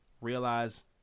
realize